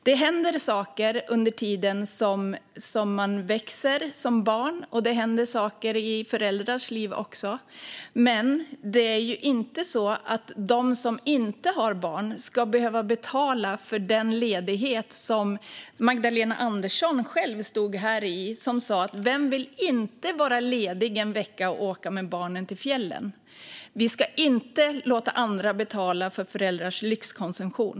Det händer saker under tiden som man växer som barn, och det händer saker i föräldrars liv också, men de som inte har barn ska inte behöva betala för den ledighet som Magdalena Andersson själv talade om här och då sa: Vem vill inte vara ledig en vecka och åka med barnen till fjällen? Vi ska inte låta andra betala för föräldrars lyxkonsumtion.